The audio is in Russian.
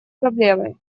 проблемой